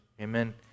Amen